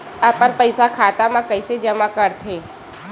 अपन पईसा खाता मा कइसे जमा कर थे?